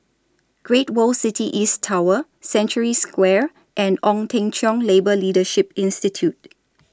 Great World City East Tower Century Square and Ong Teng Cheong Labour Leadership Institute